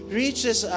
reaches